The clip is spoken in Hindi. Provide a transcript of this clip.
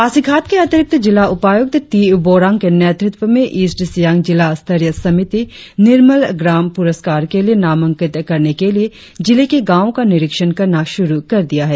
पासीघाट के अतिरिक्त जिला उपायुक्त टी बोरांग के नेतृत्व में ईस्ट सियांग जिला स्तरीय समिति निर्मल ग्राम पुरस्कार के लिए नामांकित करने के लिए जिले के गांवो का निरीक्षण करना शुरु कर दिया है